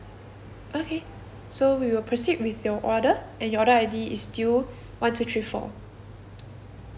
okay so we will proceed with your order and your order I_D is still one two three four